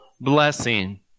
blessing